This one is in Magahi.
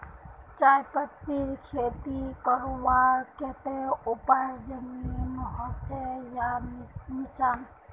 चाय पत्तीर खेती करवार केते ऊपर जमीन होचे या निचान?